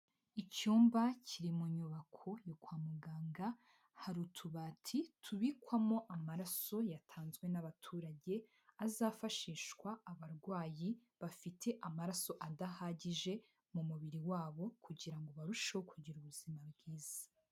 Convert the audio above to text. Icyumba kiri mu nyubako yo kwa muganga, hari utubati tubikwamo amaraso yatanzwe n'abaturage azafashishwa abarwayi bafite amaraso adahagije mu mubiri wabo kugira ngo barusheho kugira ubuzima bwiza.